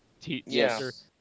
Yes